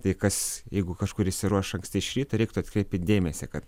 tai kas jeigu kažkur išsiruoš anksti iš ryto reiktų atkreipti dėmesį kad